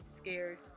scared